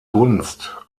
gunst